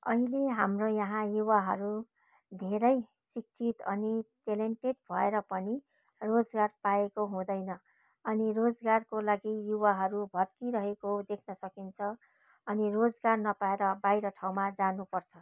अहिले हाम्रो यहाँ युवाहरू धेरै शिक्षित अनि ट्यालेन्टेड भएर पनि रोजगार पाएको हुँदैन अनि रोजगारको लागि युवाहरू भट्किरहेको देख्न सकिन्छ अनि रोजगार नपाएर बाहिर ठाउँमा जानुपर्छ